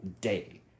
day